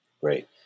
Great